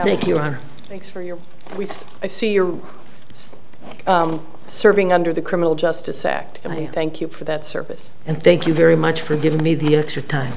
thanks for your i see your serving under the criminal justice act and i thank you for that service and thank you very much for giving me the extra time